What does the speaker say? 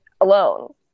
alone